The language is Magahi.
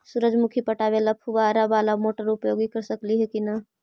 सुरजमुखी पटावे ल फुबारा बाला मोटर उपयोग कर सकली हे की न?